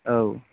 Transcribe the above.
औ